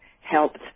helped